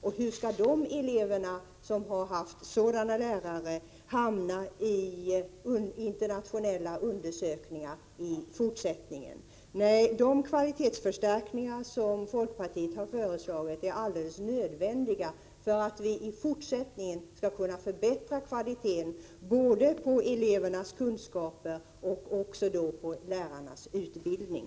Och var skall de elever som haft sådana lärare hamna i internationella undersökningar i fortsättningen? Nej, de kvalitetsförstärkningar som folkpartiet har föreslagit är alldeles nödvändiga för att vi i fortsättningen skall kunna förbättra kvaliteten både på elevernas kunskaper och på lärarnas utbildning.